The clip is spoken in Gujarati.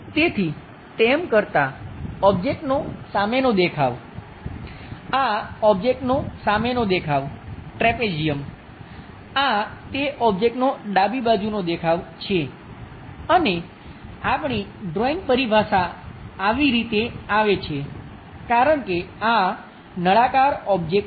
તેથી તેમ કરતાં ઓબ્જેક્ટનો સામેનો દેખાવ આ ઓબ્જેક્ટનો સામેનો દેખાવ ટ્રેપેઝિયમ આ તે ઓબ્જેક્ટનો ડાબી બાજુનો દેખાવ છે અને આપણી ડ્રોઇંગ પરિભાષા આવી રીતે આવે છે કારણ કે આ નળાકાર ઓબ્જેક્ટ છે